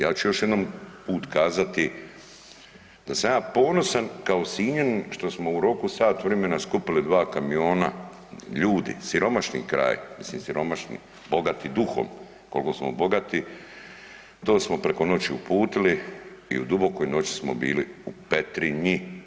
Ja ću još jedan put kazati da sam ja ponosan kao Sinjanin što smo u roku od sat vremena skupili dva kamiona ljudi, siromašni kraj, mislim siromašni, bogati duhom koliko smo bogati to smo priko noći uputili i u dubokoj noći smo bili u Petrinji.